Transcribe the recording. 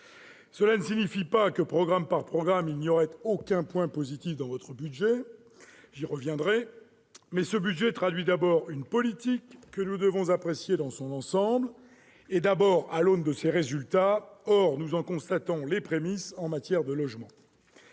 Cela ne signifie pas que, programme par programme, il n'y ait aucun point positif- j'y reviendrai -, mais ce budget traduit d'abord une politique que nous devons apprécier dans son ensemble et, avant tout, à l'aune de ses résultats ; or nous en constatons les premiers effets en matière de logement.